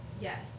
Yes